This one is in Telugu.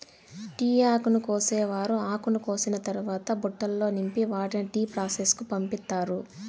టీ ఆకును కోసేవారు ఆకును కోసిన తరవాత బుట్టలల్లో నింపి వాటిని టీ ప్రాసెస్ కు పంపిత్తారు